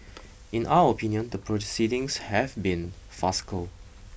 in our opinion the proceedings have been farcical